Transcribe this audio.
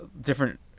different